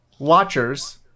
watchers